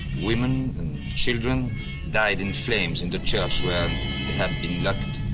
women and children died in flames in the church where they had been locked.